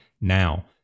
now